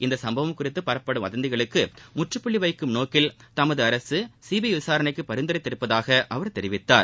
இச்சுப்பவம் குறித்து பரப்பப்படும் வதந்திகளுக்கு முற்றபுள்ளி வைக்கும் நோக்கில் தமது அரசு சிபிஐ விசாரணைக்கு பரிந்துரைத்திருப்பதாக அவர் தெரிவித்தார்